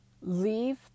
Leave